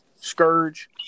Scourge